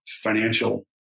financial